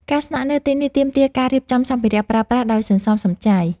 ការស្នាក់នៅទីនេះទាមទារការរៀបចំសម្ភារៈប្រើប្រាស់ដោយសន្សំសំចៃ។